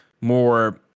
more